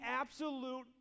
absolute